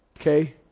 Okay